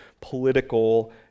political